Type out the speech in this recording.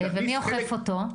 מי אוכף אותו?